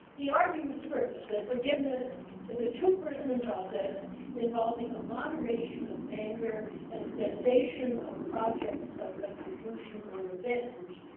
he argues, first, that forgiveness is a two-person process involving of moderation, of anger, and a sensation of projects of retribution or revenge,